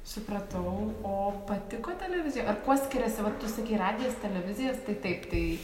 supratau o patiko televizija ar kuo skiriasi vat tu sakei radijas televizija ir stai taip tai